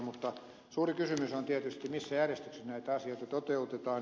mutta suuri kysymys on tietysti missä järjestyksessä näitä asioita toteutetaan